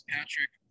Patrick